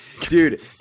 dude